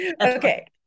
Okay